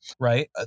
right